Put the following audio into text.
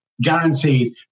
guaranteed